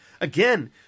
again